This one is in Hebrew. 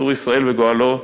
צור ישראל וגואלו,